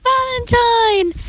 Valentine